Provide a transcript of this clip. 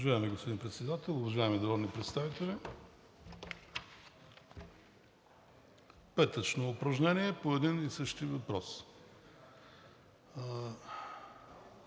Петъчно упражнение по един и същи въпрос,